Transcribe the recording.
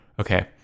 Okay